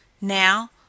now